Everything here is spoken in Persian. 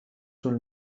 طول